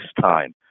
time